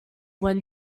when